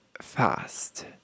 fast